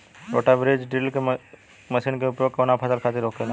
रोटा बिज drill machine के उपयोग कऊना फसल खातिर होखेला?